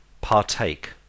partake